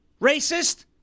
Racist